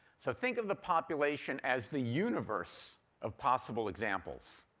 so think of the population as the universe of possible examples.